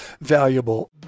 valuable